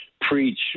preach